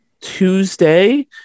tuesday